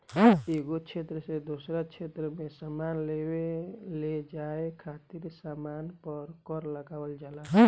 एगो क्षेत्र से दोसरा क्षेत्र में सामान लेआवे लेजाये खातिर सामान पर कर लगावल जाला